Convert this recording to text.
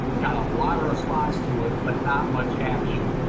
got a lot of response to it, but not much action.